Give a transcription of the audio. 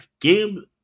Game